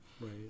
Right